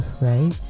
right